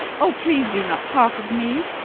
oh, please, do not talk of me.